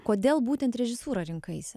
kodėl būtent režisūrą rinkaisi